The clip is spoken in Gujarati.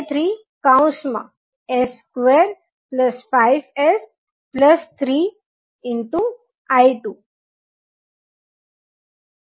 આપણે સૌપ્રથમ ઇન્ડક્ટર ની અક્રોસ મા S ડોમેઇન માં વોલ્ટેજ શોધવું પડશે અને ત્યારબાદ તેને ટાઇમ ડોમેઇન માં રૂપાંતરિત કરશું